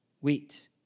wheat